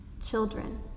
children